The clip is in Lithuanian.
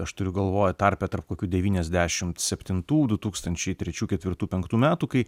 aš turiu galvoj tarpe tarp kokių devyniasdešimt septintų du tūkstančiai trečių ketvirtų penktų metų kai